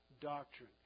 doctrine